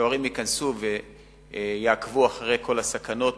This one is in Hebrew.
ההורים ייכנסו ויעקבו אחרי כל הסכנות